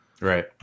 Right